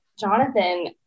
Jonathan